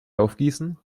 aufgießen